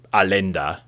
alenda